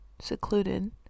secluded